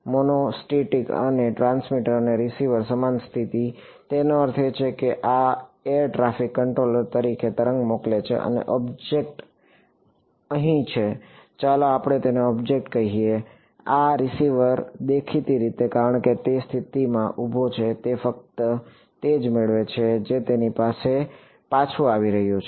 તેથી મોનોસ્ટેટિક એટલે ટ્રાન્સમીટર અને રીસીવર સમાન સ્થિતિ તેનો અર્થ એ છે કે આ એર ટ્રાફિક કંટ્રોલર એક તરંગ મોકલે છે અને ઑબ્જેક્ટ અહીં છે ચાલો આપણે તેને ઓબ્જેક્ટ કહીએ આ રીસીવર દેખીતી રીતે કારણ કે તે તે સ્થિતિમાં ઊભો છે તે ફક્ત તે જ મેળવે છે જે તેની પાસે પાછું આવી રહ્યું છે